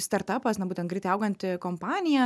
startapas na būtent greitai auganti kompanija